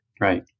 Right